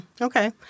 Okay